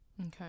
Okay